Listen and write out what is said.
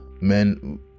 men